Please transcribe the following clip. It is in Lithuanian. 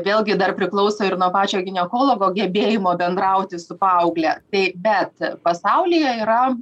vėlgi dar priklauso ir nuo pačio ginekologo gebėjimo bendrauti su paaugle tai bet pasaulyje yra